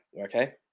okay